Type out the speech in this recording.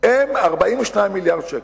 הן 42 מיליארד שקל,